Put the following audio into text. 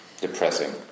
Depressing